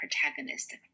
protagonist